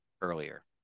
earlier